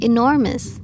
Enormous